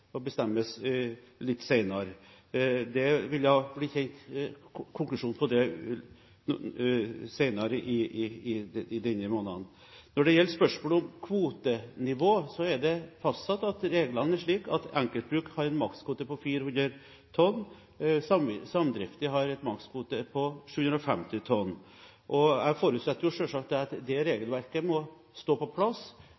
og bestemmes litt senere. Konklusjonen på det vil bli kjent senere denne måneden. Når det gjelder spørsmålet om kvotenivå, er reglene slik at enkeltbruk har en maksimal kvote på 400 000 liter, samdriftsbrukene har en maksimal kvote på 750 000 liter. Jeg forutsetter selvsagt at det